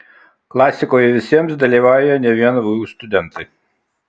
klasikoje visiems dalyvauja ne vien vu studentai